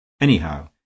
anyhow